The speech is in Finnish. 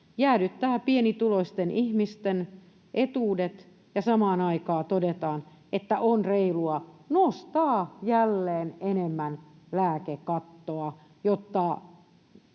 jäädyttää pienituloisten ihmisten etuudet, ja samaan aikaan todetaan, että on reilua nostaa jälleen enemmän lääkekattoa, jotta